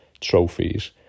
trophies